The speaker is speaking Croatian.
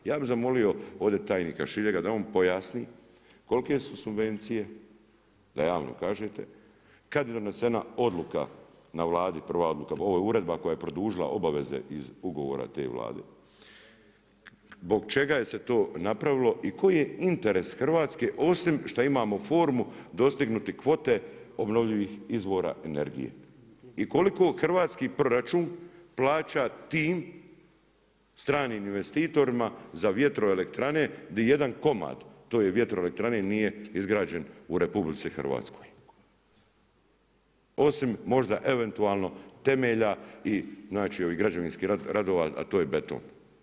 Ja bi zamolio ovdje tajnika Šiljega da on pojasni kolike su subvencije da javno kažete, kada je donesena odluka na Vladi prva odluka, ovo je uredba koja je produžila obaveze iz ugovora te Vlade, zbog čega je se to napravilo i koji je interes Hrvatske osim što imamo formu dostignuti kvote obnovljivih izvora energije i koliko hrvatski proračun plaća tim stranim investitorima za vjetroelektrane gdje jedan komad te vjetroelektrane nije izgrađen u RH osim možda eventualno temelja i ovih građevinskih radova, a to je beton?